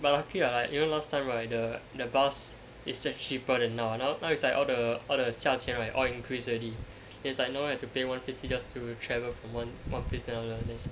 but lucky lah like you know last time right like the bus is cheaper than now now now it's like all the all the 价钱 right all increase already it's like you know have to pay one fifty just will travel from one place to another place